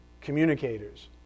communicators